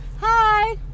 hi